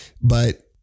But-